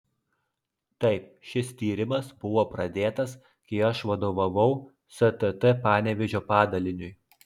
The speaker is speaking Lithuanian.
taip šis tyrimas buvo pradėtas kai aš vadovavau stt panevėžio padaliniui